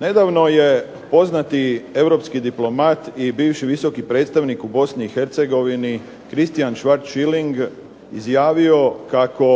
Nedavno je europski poznati diplomat i bivši visoki predstavnik u Bosni i Hercegovini Christian Schwarz-Schilling izjavo kako